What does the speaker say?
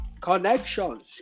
Connections